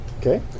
Okay